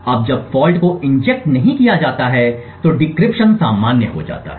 अब जब फॉल्ट को इंजेक्ट नहीं किया जाता है तो डिक्रिप्शन सामान्य हो जाता है